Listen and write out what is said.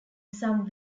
some